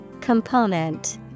Component